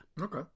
Okay